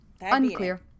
Unclear